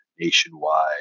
nationwide